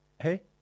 Hey